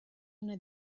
una